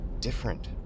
different